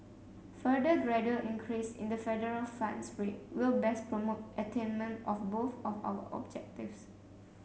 further gradual increase in the federal funds rate will best promote attainment of both of our objectives